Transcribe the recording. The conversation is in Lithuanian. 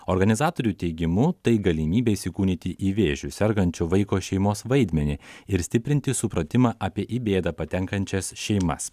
organizatorių teigimu tai galimybė įsikūnyti į vėžiu sergančio vaiko šeimos vaidmenį ir stiprinti supratimą apie į bėdą patenkančias šeimas